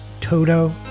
Toto